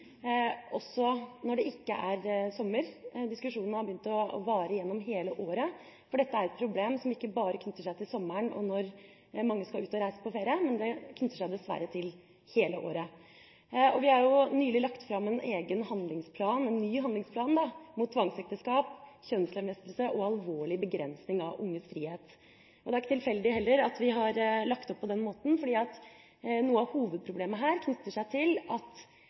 også når det ikke er sommer – diskusjonen varer nå hele året. Dette er et problem som ikke bare knytter seg til sommeren når mange skal reise på ferie, men dessverre til hele året. Vi har nylig langt fram en ny handlingsplan mot tvangsekteskap, kjønnslemlestelse og alvorlig begrensning av unges frihet. Det er ikke tilfeldig at vi har lagt det opp på den måten, for noe av hovedproblemet her knytter seg til at